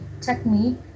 technique